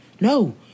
No